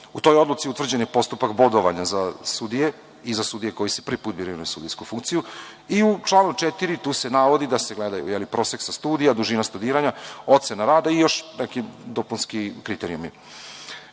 U toj odluci je utvrđen postupak bodovanja za sudije i za sudije koji se prvi put biraju na sudijsku funkciju. I u članu 4. tu se navodi da se gleda prosek sa studija, dužina studiranja, ocena rada i još neki dopunski kriterijumi. Mi